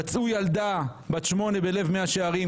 פצעו ילדה בת 8 בלב מאה שערים.